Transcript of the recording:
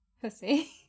pussy